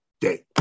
day